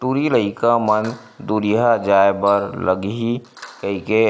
टूरी लइका मन दूरिहा जाय बर लगही कहिके